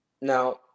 now